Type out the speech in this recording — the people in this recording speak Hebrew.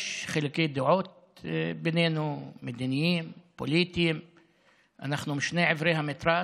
יש בינינו חילוקי דעות מדיניים ופוליטיים ואנחנו משני עברי המתרס,